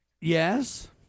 yes